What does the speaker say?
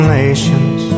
nations